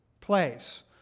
place